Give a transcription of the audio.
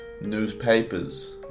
newspapers